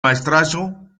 maestrazgo